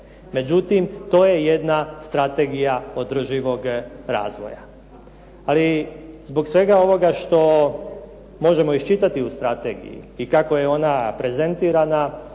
Međutim, to je jedna Strategija održivog razvoja ali zbog svega ovoga što možemo iščitati u strategiji i kako je ona prezentirana